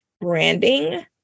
branding